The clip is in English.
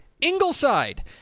Ingleside